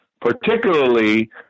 particularly